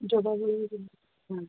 ଯୋଗ ଭଳିଆ କେମତି ହଁ